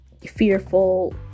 fearful